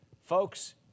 Folks